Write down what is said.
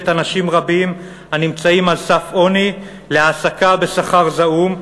אנשים רבים הנמצאים על סף עוני להעסקה בשכר זעום,